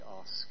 ask